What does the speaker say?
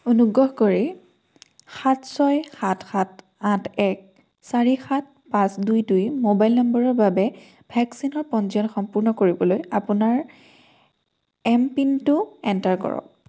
অনুগ্ৰহ কৰি সাত ছয় সাত সাত আঠ এক চাৰি সাত পাঁচ দুই দুই মোবাইল নম্বৰৰ বাবে ভেকচিনৰ পঞ্জীয়ন সম্পূৰ্ণ কৰিবলৈ আপোনাৰ এমপিনটো এণ্টাৰ কৰক